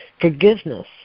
Forgiveness